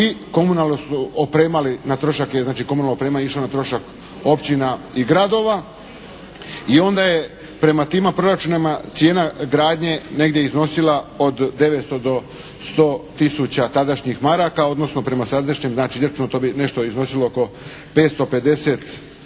komunalna oprema je išla na trošak općina i gradova i onda je prema tima proračunima cijena gradnje negdje iznosila od 900 do 100 000 tadašnjih maraka, odnosno prema sadašnjem znači izračunu to bi nešto iznosilo oli 550 eura.